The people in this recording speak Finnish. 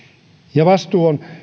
ja